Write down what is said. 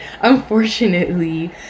Unfortunately